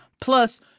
Plus